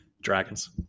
Dragons